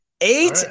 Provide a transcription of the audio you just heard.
Eight